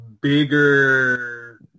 bigger